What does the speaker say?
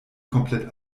komplett